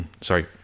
sorry